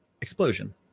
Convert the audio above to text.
explosion